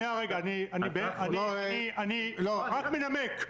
אני רק מנמק.